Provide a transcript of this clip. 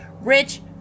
rich